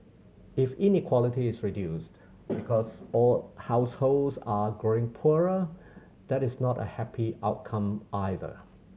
if inequality is reduced because all households are growing poorer that is not a happy outcome either